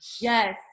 Yes